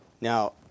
Now